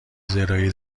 زراعی